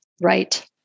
right